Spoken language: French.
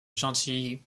gentilly